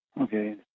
Okay